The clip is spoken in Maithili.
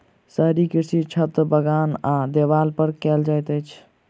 शहरी कृषि छत, बगान आ देबाल पर कयल जाइत छै